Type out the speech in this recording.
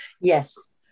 Yes